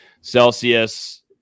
Celsius